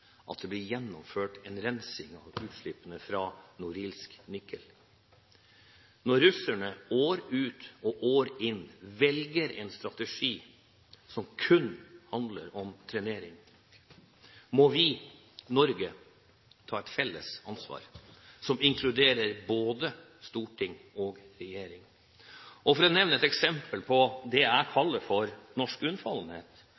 at det blir gjennomført en rensing av utslippene fra Norilsk Nickel. Når russerne år ut og år inn velger en strategi som kun handler om trenering, må Norge – inkludert både storting og regjering – ta et felles ansvar. For å nevne et eksempel på det